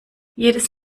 jedes